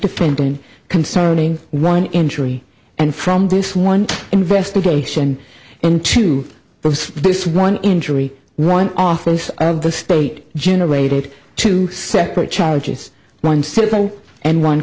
differently concerning one injury and from this one investigation into both this one injury one office of the state generated two separate charges one civil and one